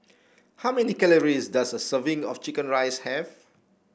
how many calories does a serving of chicken rice have